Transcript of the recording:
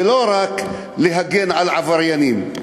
ולא רק להגן על עבריינים.